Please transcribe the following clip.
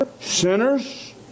sinners